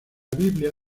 biblia